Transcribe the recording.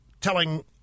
telling